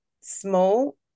small